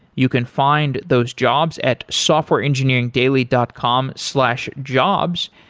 you can find those jobs at softwareengineeringdaily dot com slash jobs,